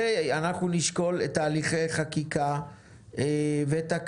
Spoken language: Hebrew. אנחנו נשקול את תהליכי החקיקה ותקנות